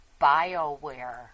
BioWare